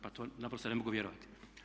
Pa to naprosto ne mogu vjerovati!